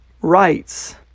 rights